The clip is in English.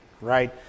right